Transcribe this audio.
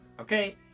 okay